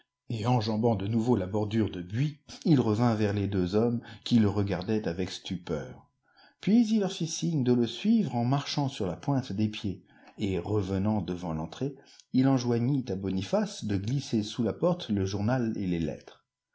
et enjambant de nouveau la bordure de buis il revint vers les deux hommes qui le regardaient avec stupeur puis il leur fit signe de le suivre en marchant sur la pointe des pieds et revenant devant l'entrée il enjoignit à boniface de glisser sous la porte le journal et les lettres